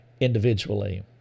individually